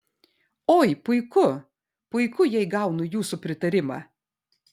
oi puiku puiku jei gaunu jūsų pritarimą